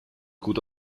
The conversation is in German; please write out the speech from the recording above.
gut